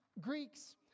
Greeks